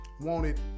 wanted